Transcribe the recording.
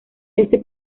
este